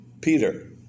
Peter